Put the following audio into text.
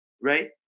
right